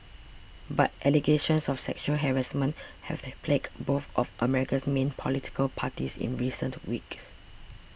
but allegations of sexual harassment have the plagued both of America's main political parties in recent weeks